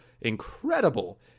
incredible